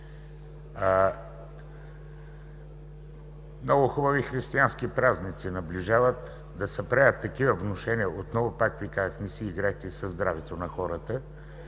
Много хубави християнски празници наближават и отново да се правят такива внушения, пак Ви казвам, не си играйте със здравето на хората!